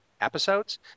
episodes